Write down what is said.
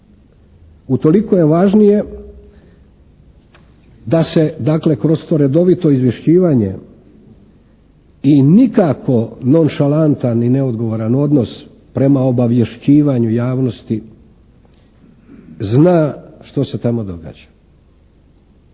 Utoliko je važnije da se dakle kroz to redovito izvješćivanje i nikako nonšalantan i neodgovoran odnos prema obavješćivanju javnosti zna što se tamo događa.